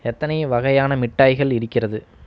எத்தனை வகையான மிட்டாய்கள் இருக்கிறது